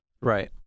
Right